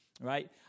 right